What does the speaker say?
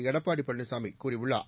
எடப்பாடி பழனிசாமி கூறியுள்ளார்